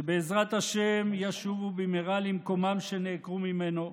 שבעזרת השם ישובו במהרה למקומן שנעקרו ממנו,